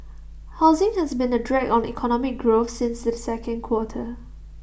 housing has been A drag on economic growth since the second quarter